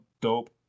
dope